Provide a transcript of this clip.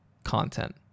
content